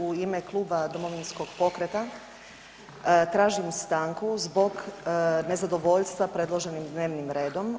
U ime Kluba Domovinskog pokreta tražim stanku zbog nezadovoljstva predloženim dnevnim redom.